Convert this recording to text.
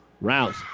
Rouse